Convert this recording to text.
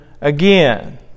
again